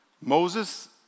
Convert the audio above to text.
Moses